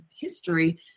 history